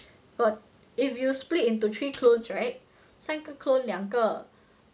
but if you split into three clones right 三个 clone 两个